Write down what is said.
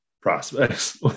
prospects